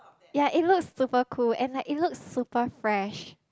ya it looks super cool and like it looks super fresh